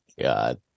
God